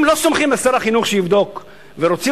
אם לא סומכים על שר החינוך שיבדוק ורוצים